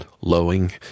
lowing